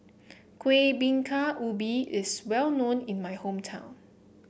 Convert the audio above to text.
Kuih Bingka Ubi is well known in my hometown